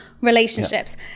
relationships